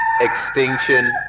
extinction